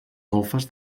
golfes